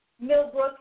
Millbrook